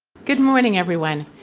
good morning, everyone.